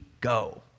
go